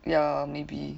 ya maybe